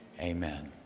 amen